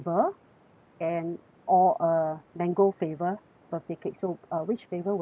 and or a mango flavour birthday cake so uh which flavour would you prefer